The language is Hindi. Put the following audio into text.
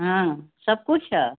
हाँ सब कुछ ह